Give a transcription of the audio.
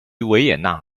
维也纳